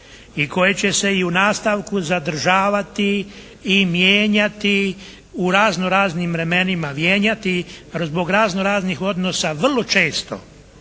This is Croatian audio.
i koje će se i u nastavku zadržavati i mijenjati u razno raznim vremenima mijenjati zbog razno raznih odnosa vrlo često,